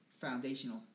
foundational